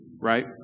right